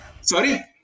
Sorry